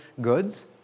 goods